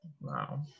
Wow